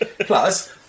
Plus